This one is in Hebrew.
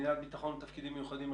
מינהל ביטחון ותפקידים מיוחדים,